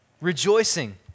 rejoicing